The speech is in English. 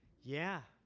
yeah.